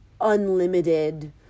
unlimited